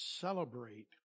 celebrate